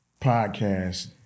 podcast